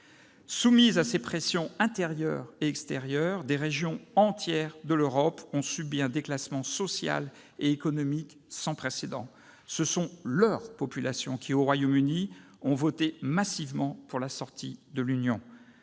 Soumises à ces pressions intérieures et extérieures, des régions entières de l'Europe ont subi un déclassement social et économique sans précédent ; ce sont leurs populations qui, au Royaume-Uni, ont voté massivement pour la sortie de l'Union.